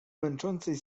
męczącej